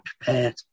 prepared